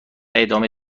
ادامه